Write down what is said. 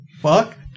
Fuck